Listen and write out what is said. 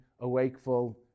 awakeful